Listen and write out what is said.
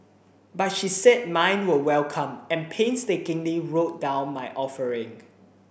but she said mine were welcome and painstakingly wrote down my offering